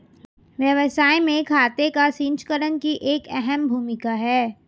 व्यवसाय में खाते का संचीकरण की एक अहम भूमिका है